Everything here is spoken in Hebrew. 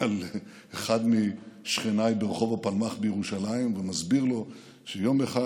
על אחד משכניי ברחוב הפלמ"ח בירושלים ומסביר לו שיום אחד,